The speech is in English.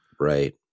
Right